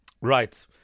Right